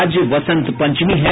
और आज वसंत पंचमी है